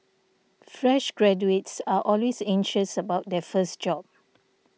fresh graduates are always anxious about their first job